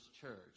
church